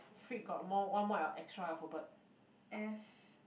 F